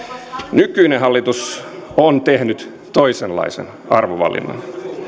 nykyinen hallitus on tehnyt toisenlaisen arvovalinnan